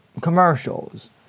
commercials